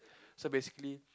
so basically